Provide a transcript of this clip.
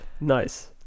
Nice